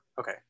okay